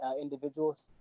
individuals